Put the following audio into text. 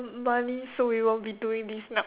money so we won't be doing this now